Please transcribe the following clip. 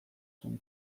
zen